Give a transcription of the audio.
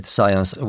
Science